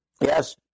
Yes